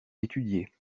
étudiées